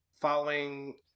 following